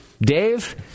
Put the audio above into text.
Dave